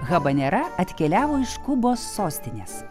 habanera atkeliavo iš kubos sostinės